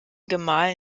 gemahl